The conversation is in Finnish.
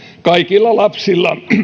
kaikilla lapsilla